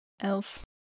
elf